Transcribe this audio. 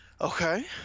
Okay